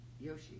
Yoshi